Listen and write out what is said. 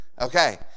Okay